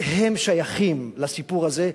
הם שייכים לסיפור הזה,